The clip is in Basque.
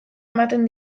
ematen